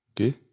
Okay